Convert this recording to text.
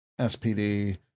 SPD